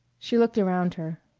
she looked around her.